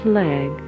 leg